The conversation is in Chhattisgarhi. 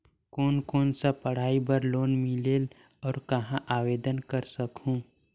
कोन कोन सा पढ़ाई बर लोन मिलेल और कहाँ आवेदन कर सकहुं?